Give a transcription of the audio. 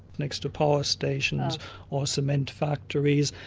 next to power stations or cement factories,